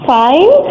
fine